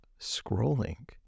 scrolling